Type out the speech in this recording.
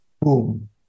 boom